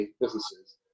businesses